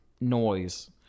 noise